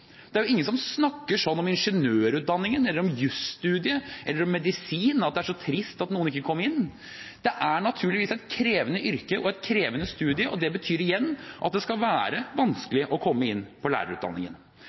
Det er ingen som snakker sånn om ingeniørutdanningen eller om juss- eller medisinstudiet, at det er så trist at noen ikke kommer inn. Det er naturligvis et krevende yrke og et krevende studium, og det betyr igjen at det skal være